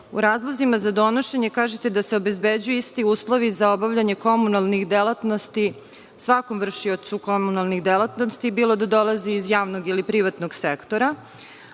U razlozima za donošenje kažete da se obezbeđuju isti uslovi za obavljanje komunalnih delatnosti svakom vršiocu komunalne delatnosti, bilo da dolazi iz javnog ili privatnog sektora.